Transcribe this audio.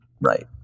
Right